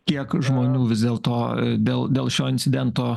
kiek žmonių vis dėlto dėl dėl šio incidento